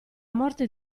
morte